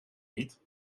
niet